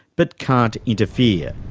but can't interfere.